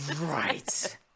right